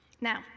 Now